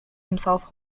himself